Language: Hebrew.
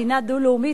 מדינה דו-לאומית,